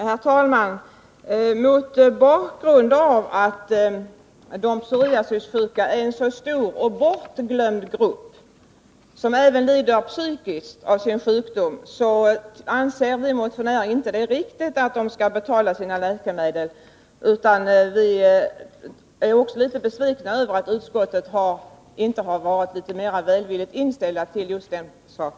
Herr talman! Mot bakgrund av att de psoriasissjuka är en så stor och bortglömd grupp, som även lider psykiskt av sin sjukdom, anser vi motionärer att det inte är riktigt att de själva skall betala sina läkemedel. Vi är litet besvikna över att utskottet inte har varit mer välvilligt inställt till vårt krav.